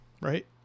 right